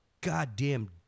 goddamn